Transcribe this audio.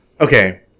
okay